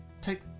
take